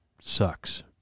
sucks